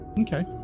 Okay